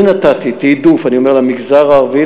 אני נתתי תעדוף למגזר הערבי,